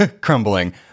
crumbling